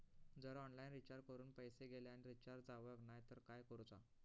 जर online recharge करून पैसे गेले आणि रिचार्ज जावक नाय तर काय करूचा?